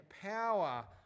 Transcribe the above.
power